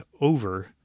over